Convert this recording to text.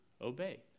obey